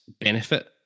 benefit